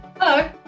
Hello